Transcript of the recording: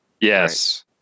Yes